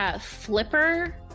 flipper